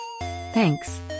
Thanks